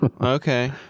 okay